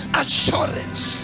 assurance